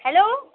hello